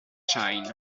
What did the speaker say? shine